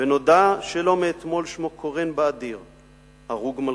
ונודע שלא מאתמול שמו קורן באדיר,/ הרוג מלכות,